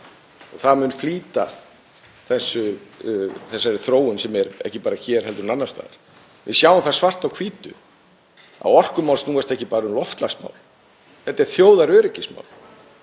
Það mun flýta þessari þróun, sem er ekki bara hér heldur líka annars staðar. Við sjáum það svart á hvítu að orkumál snúast ekki bara um loftslagsmál, þetta er þjóðaröryggismál.